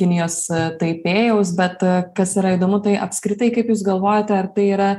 kinijos taipėjaus bet kas yra įdomu tai apskritai kaip jūs galvojate ar tai yra